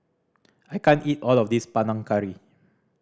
I can't eat all of this Panang Curry